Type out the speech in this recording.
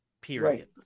Period